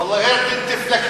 (אומר בשפה הערבית: בחיי,